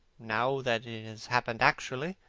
now that it has happened actually,